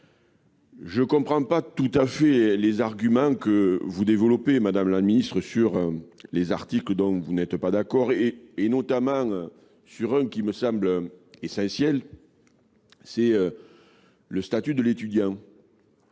Je ne comprends pas tout à fait les arguments que vous développez, Madame la Ministre, sur les articles dont vous n'êtes pas d'accord et notamment sur un qui me semble essentiel, c'est le statut de l'étudiant